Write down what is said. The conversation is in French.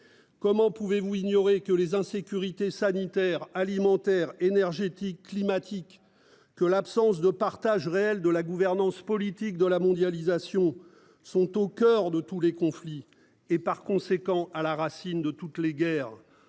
Comment pouvez-vous ignorer que les insécurité sanitaire alimentaire énergétique climatique que l'absence de partage réel de la gouvernance politique de la mondialisation sont au coeur de tous les conflits et par conséquent à la racine de toutes les guerres,